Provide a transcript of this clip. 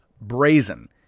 brazen